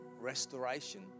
restoration